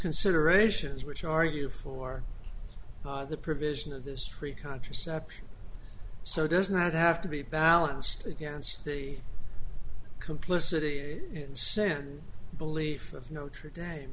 considerations which argue for the provision of this free contraception so does not have to be balanced against the complicity and send belief of notre dame